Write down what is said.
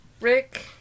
Rick